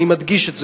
אני מדגיש את זה,